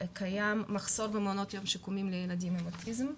קיים מחסור במעונות יום שיקומיים לילדים עם אוטיזם.